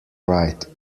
right